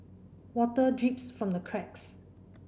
water drips from the cracks